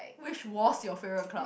which was your favourite club